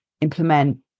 implement